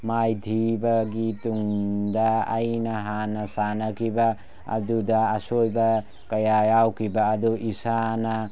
ꯃꯥꯏꯊꯤꯕꯒꯤ ꯇꯨꯡꯗ ꯑꯩꯅ ꯍꯥꯟꯅ ꯁꯥꯟꯅꯈꯤꯕ ꯑꯗꯨꯗ ꯑꯁꯣꯏꯕ ꯀꯌꯥ ꯌꯥꯎꯈꯤꯕ ꯑꯗꯨ ꯏꯁꯥꯅ